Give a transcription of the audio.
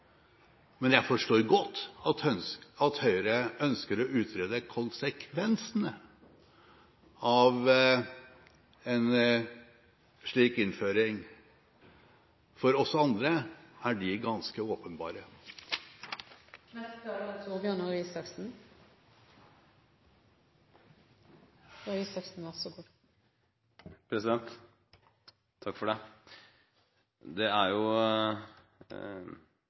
Men jeg forstår godt at Høyre ønsker å utrede konsekvensene av en slik innføring. For oss andre er de ganske åpenbare. Det er jo